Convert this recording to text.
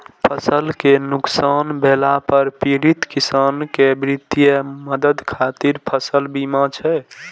फसल कें नुकसान भेला पर पीड़ित किसान कें वित्तीय मदद खातिर फसल बीमा छै